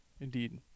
Indeed